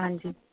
ਹਾਂਜੀ